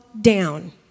down